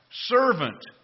servant